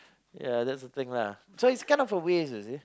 ya that's the thing lah so it's kind of a waste you see